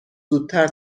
زودتر